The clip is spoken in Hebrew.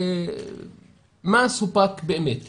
מה סופק באמת בפועל?